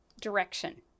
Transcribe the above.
direction